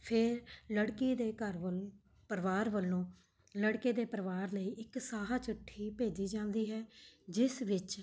ਫਿਰ ਲੜਕੀ ਦੇ ਘਰ ਵੱਲ ਪਰਿਵਾਰ ਵੱਲੋਂ ਲੜਕੇ ਦੇ ਪਰਿਵਾਰ ਲਈ ਇੱਕ ਸਾਹਾ ਚਿੱਠੀ ਭੇਜੀ ਜਾਂਦੀ ਹੈ ਜਿਸ ਵਿੱਚ